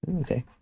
Okay